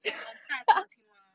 like 很大个的青蛙 ah